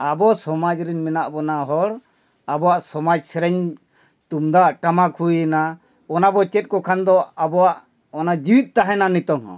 ᱟᱵᱚ ᱥᱚᱢᱟᱡᱽ ᱨᱮ ᱢᱮᱱᱟᱜ ᱵᱚᱱᱟ ᱦᱚᱲ ᱟᱵᱚᱣᱟᱜ ᱥᱚᱢᱟᱡᱽ ᱥᱮᱨᱮᱧ ᱛᱩᱢᱫᱟᱜ ᱴᱟᱢᱟᱠ ᱦᱩᱭᱮᱱᱟ ᱚᱱᱟ ᱵᱚ ᱪᱮᱫ ᱠᱚ ᱠᱷᱟᱱ ᱫᱚ ᱟᱵᱚᱣᱟᱜ ᱚᱱᱟ ᱡᱤᱣᱮᱫ ᱛᱟᱦᱮᱱᱟ ᱱᱤᱛᱚᱝ ᱦᱚᱸ